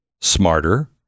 smarter